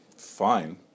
Fine